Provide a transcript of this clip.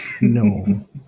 No